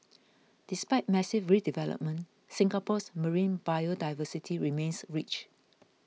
despite massive redevelopment Singapore's marine biodiversity remains rich